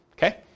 Okay